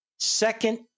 Second